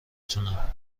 تونم